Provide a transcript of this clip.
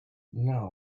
now